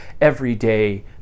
everyday